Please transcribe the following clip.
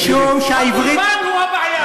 הקורבן הוא הבעיה.